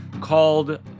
called